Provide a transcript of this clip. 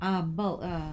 ah bulk ah